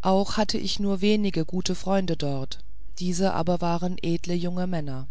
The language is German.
auch hatte ich nur wenige gute freunde dort diese aber waren edle junge männer